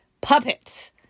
puppets